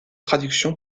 traductions